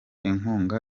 inkunga